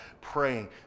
praying